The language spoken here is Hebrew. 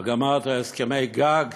גמרת הסכמי גג,